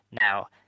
Now